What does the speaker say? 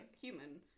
human